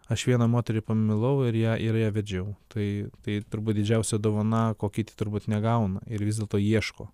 aš vieną moterį pamilau ir ją ir ją vedžiau tai tai turbūt didžiausia dovana ko kiti turbūt negauna ir vis dėlto ieško